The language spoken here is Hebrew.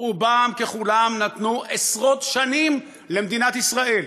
רובם ככולם נתנו עשרות שנים למדינת ישראל,